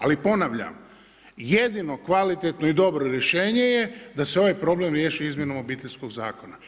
Ali ponavljam, jedino kvalitetno i dobro rješenje je da se ovaj problem riješi izmjenom Obiteljskog zakona.